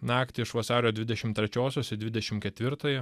naktį iš vasario dvidešimt trečiosios į dvidešimt ketvirtąją